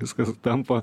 viskas tampa